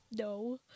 No